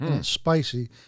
Spicy